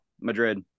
Madrid